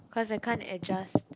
cause I can't adjust